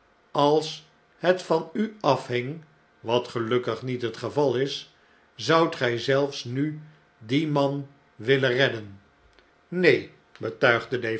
als het van u afhing wat gelukkig niet het geval is zoudt gij zelfs nu dien man willen redden neen betuigde defarge